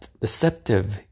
deceptive